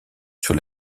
sur